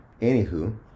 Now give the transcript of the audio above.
Anywho